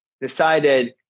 decided